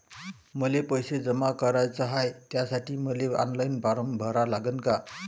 मले पैसे जमा कराच हाय, त्यासाठी मले ऑनलाईन फारम भरा लागन का?